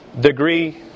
degree